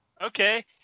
Okay